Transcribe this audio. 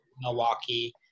Milwaukee